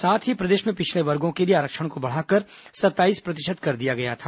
साथ ही प्रदेश में पिछड़े वर्गो के लिए आरक्षण को बढ़ाकर सत्ताईस प्रतिशत कर दिया था